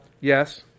Yes